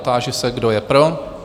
Táži se, kdo je pro?